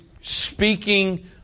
speaking